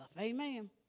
Amen